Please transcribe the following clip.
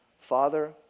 Father